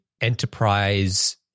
enterprise